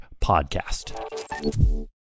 podcast